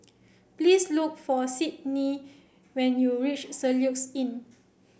please look for Sydni when you reach Soluxe Inn